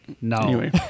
no